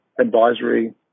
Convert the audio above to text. advisory